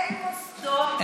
אין מוסדות,